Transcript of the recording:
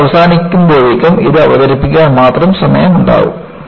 course അവസാനിക്കുമ്പോഴേക്കും ഇത് അവതരിപ്പിക്കാൻ മാത്രം സമയം ഉണ്ടാവും